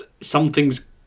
something's